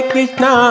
Krishna